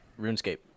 RuneScape